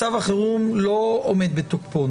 מצב החירום לא עומד בתוקפו.